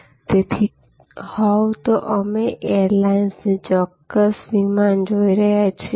તેથી જો તમે એરલાઇન્સ જોઈ રહ્યા હોવ તો અમે એરલાઇનની ચોક્કસ વિમાન જોઈ રહ્યા છીએ